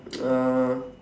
uh